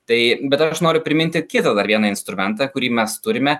tai bet aš noriu priminti kitą dar vieną instrumentą kurį mes turime